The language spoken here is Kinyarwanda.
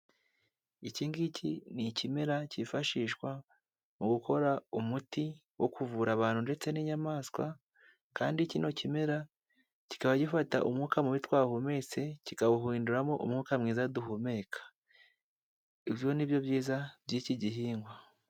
Iki ngiki ni ikimera cyifashishwa mu gukora umuti wo kuvura abantu ndetse n'inyamaswa, kandi kino kimera kikaba gifata umwuka mubi twahumetse kikawuhinduramo umwuka mwiza duhumeka. Ibyo nibyo byiza by'iki gihingwa.